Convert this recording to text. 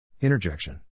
Interjection